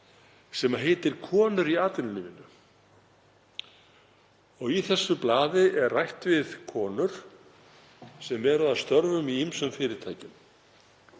sem heitir Konur í atvinnulífinu. Í þessu blaði er rætt við konur sem eru að störfum í ýmsum fyrirtækjum